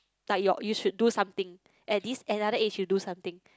like your you should do something at this another age you do something